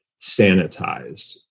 sanitized